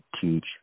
teach